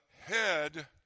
head